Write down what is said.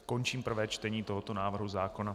Končím prvé čtení tohoto návrhu zákona.